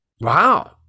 wow